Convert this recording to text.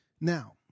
Now